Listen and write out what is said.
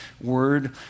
word